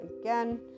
again